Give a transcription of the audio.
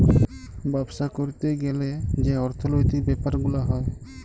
বাপ্সা ক্যরতে গ্যালে যে অর্থলৈতিক ব্যাপার গুলা হ্যয়